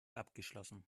abgeschlossen